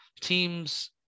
teams